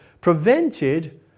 prevented